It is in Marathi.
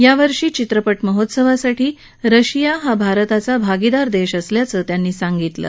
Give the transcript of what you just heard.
यावर्षी चित्रपट महोत्सवासाठी रशिया हा भारताचा भागिदार देश असल्याचं ते म्हणाले